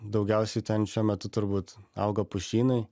daugiausiai ten šiuo metu turbūt auga pušynai